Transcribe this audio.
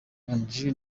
nganji